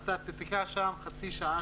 אתה נתקע שם חצי שעה,